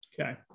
Okay